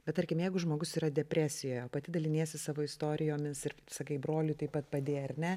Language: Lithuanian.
bet tarkim jeigu žmogus yra depresijoje pati daliniesi savo istorijomis ir sakai broliui taip pat padėjai ar ne